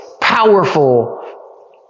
powerful